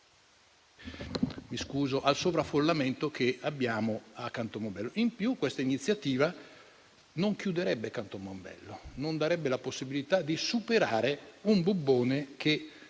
aggravio del sovraffollamento che abbiamo a Canton Mombello. In più questa iniziativa non chiuderebbe Canton Mombello, non darebbe la possibilità di superare un bubbone che